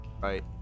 right